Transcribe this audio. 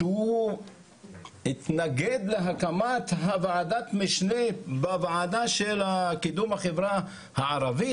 שהוא התנגד להקמת ועדת המשנה בוועדה בנושא קידום החברה הערבית.